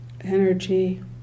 energy